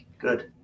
good